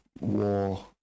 war